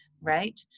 Right